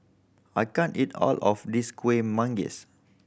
I can't eat all of this Kueh Manggis